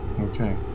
Okay